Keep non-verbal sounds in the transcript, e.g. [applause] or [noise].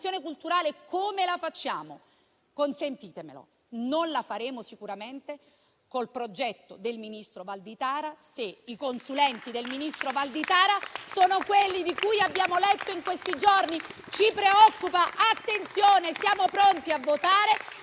culturale? Consentitemelo: non la faremo sicuramente col progetto del ministro Valditara, se i consulenti del ministro Valditara sono quelli di cui abbiamo letto in questi giorni. [applause] Ci preoccupa. Attenzione: siamo pronti a votare